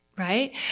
Right